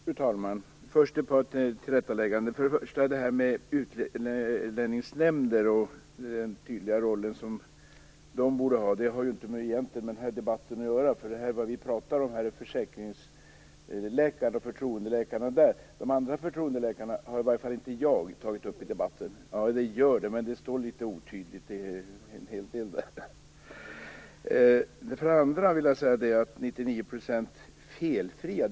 Fru talman! Först ett par tillrättalägganden. För det första: Utlänningsnämnden och den tydliga roll som den borde ha har egentligen inte med denna debatt att göra. Vad vi här pratar om är försäkringsläkare och förtroendeläkare i det sammanhanget. De andra förtroendeläkarna har i alla fall inte jag tagit upp i debatten. Det kan verka vara så; det finns en del otydligheter. För det andra: Jag har inte talat om 99 % felfrihet.